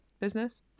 business